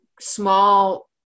small